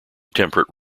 temperate